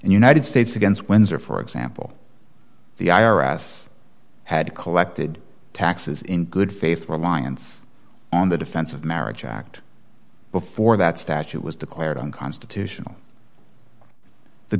and united states against windsor for example the i r s had collected taxes in good faith reliance on the defense of marriage act before that statute was declared unconstitutional the